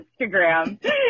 Instagram